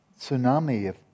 Tsunami